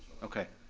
okay.